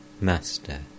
Master